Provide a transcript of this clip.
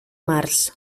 març